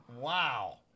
Wow